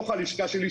שלי,